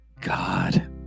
God